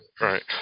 Right